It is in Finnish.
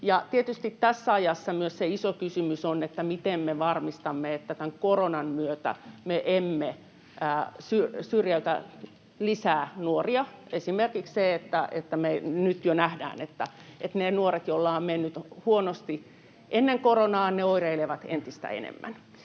tietysti tässä ajassa iso kysymys on myös, miten me varmistamme, että koronan myötä me emme syrjäytä lisää nuoria. Me jo nyt nähdään esimerkiksi, että ne nuoret, joilla on mennyt huonosti ennen koronaa, oireilevat entistä enemmän.